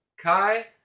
Kai